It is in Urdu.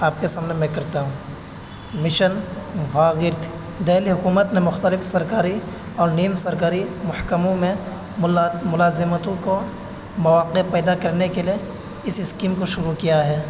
آپ کے سامنے میں کرتا ہوں مشن وھاگرتھ دہلی حکومت نے مختلف سرکاری اور نیم سرکاری محکموں میں ملا ملازمتوں کو مواقع پیدا کرنے کے لیے اس اسکیم کو شروع کیا ہے